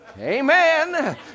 Amen